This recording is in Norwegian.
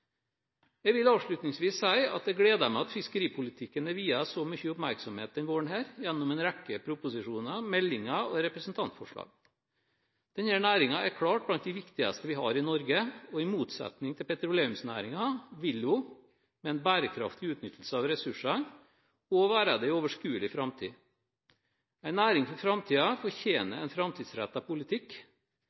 Jeg vil avslutningsvis si at det gleder meg at fiskeripolitikken er viet så mye oppmerksomhet denne våren her, gjennom en rekke proposisjoner, meldinger og representantforslag. Denne næringen er klart blant de viktigste vi har i Norge, og i motsetning til petroleumsnæringen vil den – med en bærekraftig utnyttelse av ressursene – også være det i overskuelig framtid. En næring for framtiden fortjener en framtidsrettet politikk.